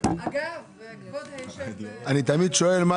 על פי חוק שירות המדינה (מינויים) נציבות שירות